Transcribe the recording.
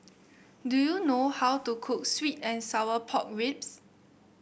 do you know how to cook sweet and Sour Pork Ribs